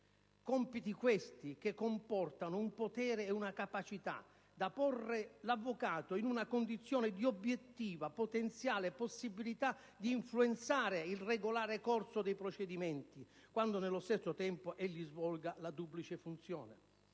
Compiti questi che comportano un potere ed una capacità da porre l'avvocato in una condizione di obiettiva, potenziale possibilità di influenzare il corso regolare dei procedimenti, quando nello stesso tempo egli svolga la duplice funzione.